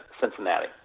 Cincinnati